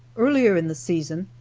earlier in the season,